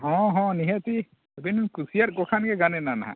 ᱦᱮᱸ ᱦᱮᱸ ᱱᱤᱦᱟᱹᱛᱤ ᱟᱹᱵᱤᱱ ᱠᱩᱥᱤᱭᱟᱫ ᱠᱚ ᱠᱷᱟᱱ ᱜᱮ ᱜᱟᱱ ᱮᱱᱟ ᱱᱟᱦᱟᱜ